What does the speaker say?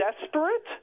desperate